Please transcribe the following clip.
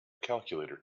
calculator